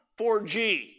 4G